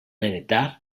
heretar